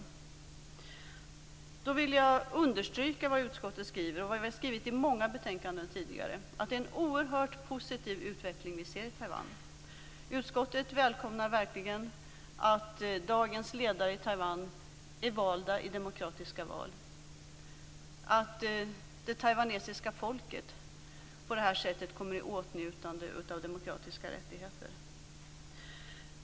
Jag vill understryka vad utskottet skriver och vad vi har skrivit i många betänkanden tidigare, nämligen att det är en oerhört positiv utveckling som vi ser i Taiwan. Utskottet välkomnar verkligen att dagens ledare i Taiwan är valda i demokratiska val och att det taiwanesiska folket på det här sättet kommer i åtnjutande av demokratiska rättigheter.